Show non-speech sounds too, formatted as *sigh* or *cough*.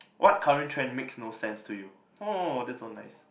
*noise* what current trend makes no sense to you oh that's so nice